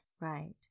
Right